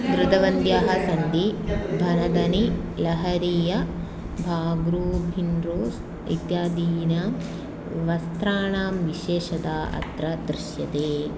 धृतवन्त्यः सन्ति भरदनी लहरीय भाग्रू हिण्ड्रोस् इत्यादीनां वस्त्राणां विशेषता अत्र दृश्यते